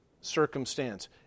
circumstance